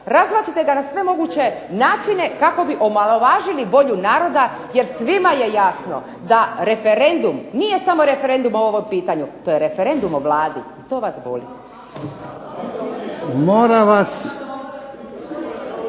razvlačite ga na sve moguće načine kako bi omalovažili volju naroda jer svima je jasno da referendum nije samo referendum o ovom pitanju, to je referendum o Vladi. To vas boli. **Jarnjak,